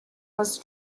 was